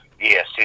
yes